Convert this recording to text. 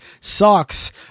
socks